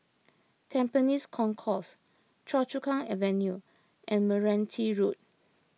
Tampines Concourse Choa Chu Kang Avenue and Meranti Road